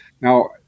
Now